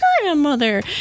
grandmother